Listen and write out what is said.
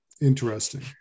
interesting